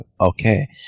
okay